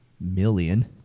million